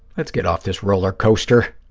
let's get off this roller coaster.